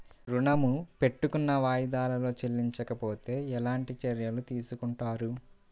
ఋణము పెట్టుకున్న వాయిదాలలో చెల్లించకపోతే ఎలాంటి చర్యలు తీసుకుంటారు?